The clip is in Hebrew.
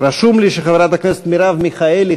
רשום לי שחברת הכנסת מרב מיכאלי,